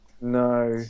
No